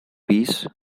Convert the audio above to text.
peace